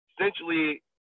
essentially